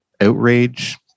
outrage